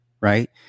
right